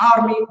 army